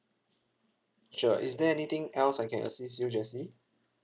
sure is there anything else I can assist you jessie